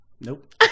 Nope